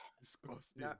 Disgusting